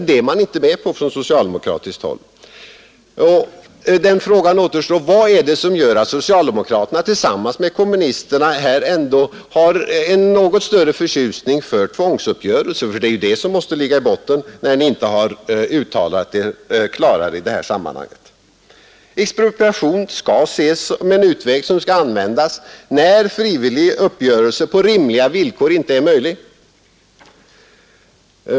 Den frågan uppstår då: Vad är det som gör att socialdemokraterna tillsammans med kommunisterna har en något större förtjusning för tvångsuppgörelser, ty det är det som måste ligga i botten när ni inte har uttalat er klarare i detta sammanhang. Expropriation skall ses som en utväg som skall användas när en frivillig uppgörelse på rimliga villkor inte är möjlig.